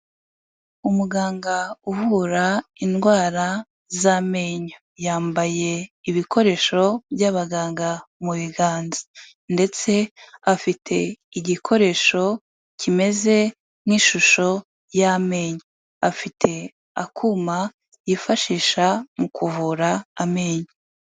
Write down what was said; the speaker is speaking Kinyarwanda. Umuganga uvura indwara z'amenyo, yambaye ibikoresho by'abaganga mu biganza ndetse afite igikoresho kimeze nk'ishusho y'amenyo. Afite akuma yifashisha mu kuvura amenyo.